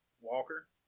Walker